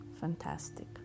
Fantastic